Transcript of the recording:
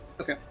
Okay